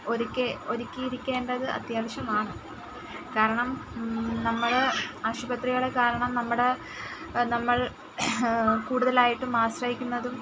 ഒരുക്കി ഒരുക്കിയിരിക്കേണ്ടത് അത്യാവശ്യമാണ് കാരണം നമ്മൾ ആശുപത്രികളെ കാരണം നമ്മുടെ നമ്മൾ കൂടുതലായിട്ടും ആശ്രയിക്കുന്നതും